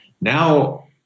Now